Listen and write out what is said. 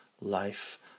life